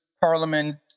parliament